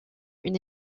une